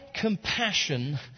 compassion